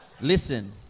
Listen